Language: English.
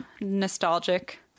nostalgic